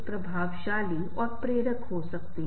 यहां हमको बहुत सतर्क रहना पड़ता है